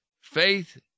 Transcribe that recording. Faith